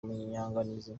munyanganizi